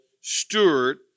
steward